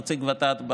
נציג ות"ת,